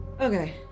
Okay